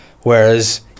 Whereas